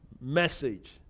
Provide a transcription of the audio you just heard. message